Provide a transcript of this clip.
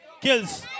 Kills